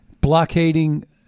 blockading